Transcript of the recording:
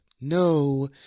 no